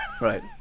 Right